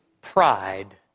pride